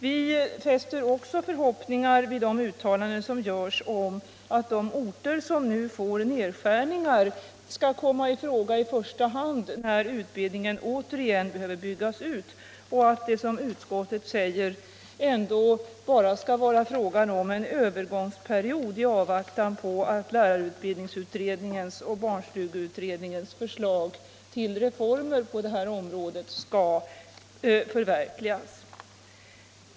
Vi fäster också förhoppningar vid de uttalanden som gjorts om att de orter som nu får nedskärningar skall komma i fråga i första hand när utbildningen återigen behöver byggas ut och om att det ändå bara skall vara fråga om en övergångsperiod i avvaktan på att lärarutbild ningsutredningens och barnstugeutredningens förslag till reformer på detta område skall förverkligas.